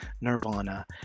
Nirvana